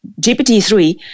GPT-3